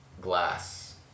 glass